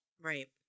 Right